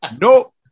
Nope